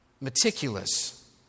Meticulous